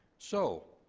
so,